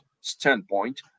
standpoint